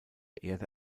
erde